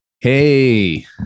Hey